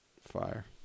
Fire